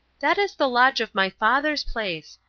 that is the lodge of my father's place.